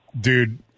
Dude